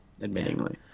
admittingly